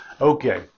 Okay